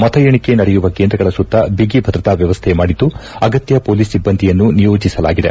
ಮತ ಎಣಿಕೆ ನಡೆಯುವ ಕೇಂದ್ರಗಳ ಸುತ್ತ ಬಿಗಿ ಭದ್ರತಾ ವ್ಯವಸ್ಥೆ ಮಾಡಿದ್ದು ಅಗತ್ಯ ಪೊಲೀಸ್ ಸಿಬ್ಬಂದಿಯನ್ನು ನಿಯೋಜಿಸಲಾಗಿದೆ